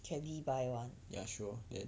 kelly buy [one]